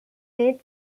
rate